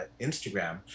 Instagram